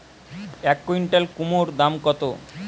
এক কুইন্টাল কুমোড় দাম কত?